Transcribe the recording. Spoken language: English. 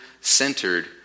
centered